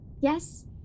Yes